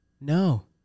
No